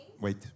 wait